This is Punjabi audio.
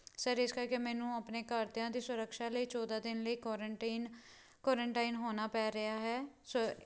ਸਰ ਇਸ ਕਰਕੇ ਮੈਨੂੰ ਆਪਣੇ ਘਰਦਿਆਂ ਦੀ ਸੁਰਕਸ਼ਾ ਲਈ ਚੌਦਾਂ ਦਿਨ ਲਈ ਕੁਰੰਟੀਨ ਕੁਰੰਟਾਈਨ ਹੋਣਾ ਪੈ ਰਿਹਾ ਹੈ ਸਰ